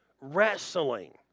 wrestling